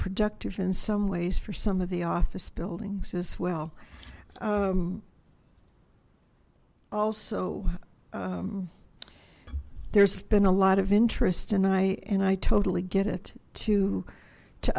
productive in some ways for some of the office buildings as well also there's been a lot of interest and i and i totally get it to